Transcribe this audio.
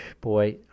Boy